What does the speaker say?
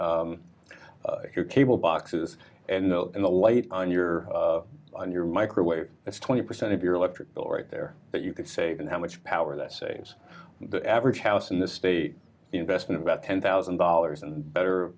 v your cable boxes and the and the light on your on your microwave that's twenty percent of your electric bill right there that you could save and how much power that saves the average house in the state investment about ten thousand dollars and better